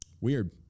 Weird